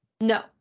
No